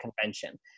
convention